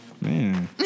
Man